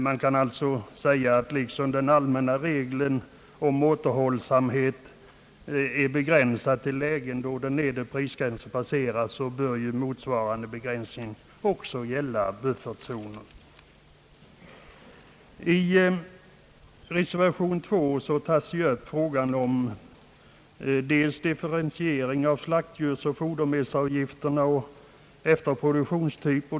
Man kan alltså säga att liksom den allmänna regeln om återhållsamhet är begränsad till lägen, då den nedre prisgränsen passeras, bör motsvarande begränsning också gälla buffertzonen. I reservation 2 tar man upp frågan om differentiering av slaktdjursoch fodermedelsavgifterna efter produktionstyp.